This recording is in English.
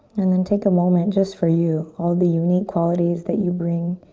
and then, take a moment just for you, all the unique qualities that you bring